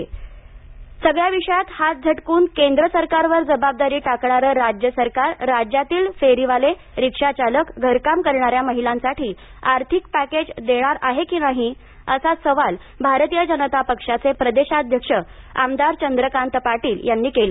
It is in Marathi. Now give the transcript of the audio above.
पाटील सगळ्या विषयात हात झटकून केंद्र सरकारवर जबाबदारी टाकणारं राज्य सरकार राज्यातील फेरीवाले रिक्षाचालक घरकाम करणाऱ्या महिलांसाठी आर्थिक पॅकेज देणार आहे का नाही असा सवाल भारतीय जनता पक्षाचे प्रदेशाध्यक्ष आमदार चंद्रकांत पाटील यांनी केला